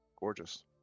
gorgeous